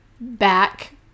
back